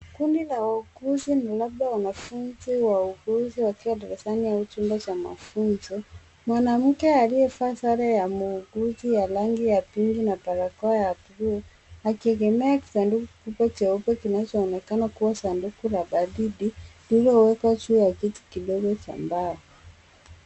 Kundi la wauguzi, labda wanafunzi wauguzi wakiwa darasani au chumba cha mafunzo. Mwanamke aliyevaa sare ya muuguzi ya rangi ya pinki na barakoa ya buluu akiegemea kisanduku kubwa cheupe kinachoonekana kuwa sanduku la baridi lililowekwa juu ya kiti kidogo cha mbao.